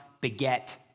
beget